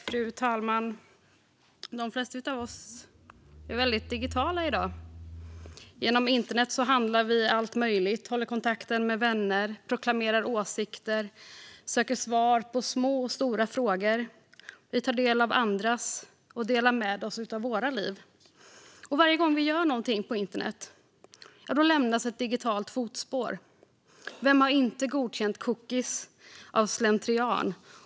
Fru talman! De flesta av oss är mycket digitala i dag. Genom internet handlar vi allt möjligt, håller kontakten med vänner, proklamerar åsikter, söker svar på små och stora frågor. Vi tar del av andras liv och delar med oss av våra liv. Varje gång vi gör något på internet lämnar vi ett digitalt fotspår. Vem har inte godkänt cookies av slentrian?